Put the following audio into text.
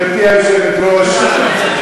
גברתי היושבת-ראש,